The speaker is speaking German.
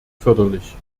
förderlich